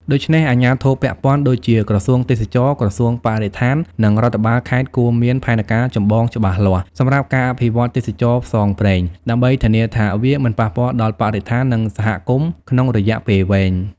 ដូច្នេះ អាជ្ញាធរពាក់ព័ន្ធដូចជាក្រសួងទេសចរណ៍ ក្រសួងបរិស្ថាន និងរដ្ឋបាលខេត្តគួរមានផែនការចម្បងច្បាស់លាស់សម្រាប់ការអភិវឌ្ឍទេសចរណ៍ផ្សងព្រេង ដើម្បីធានាថាវាមិនប៉ះពាល់ដល់បរិស្ថាននិងសហគមន៍ក្នុងរយៈពេលវែង។